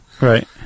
Right